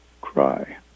cry